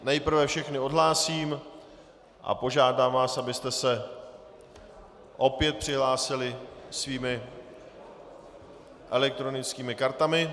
Nejprve vás všechny odhlásím a požádám vás, abyste se opět přihlásili svými elektronickými kartami.